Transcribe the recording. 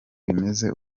bimeze